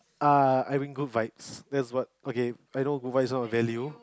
uh having Good Vibes that's what okay I know Good Vibes not a value